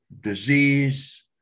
disease